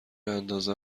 اندازه